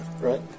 Right